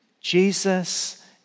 Jesus